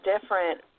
different